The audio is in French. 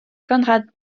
conrad